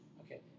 Okay